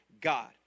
God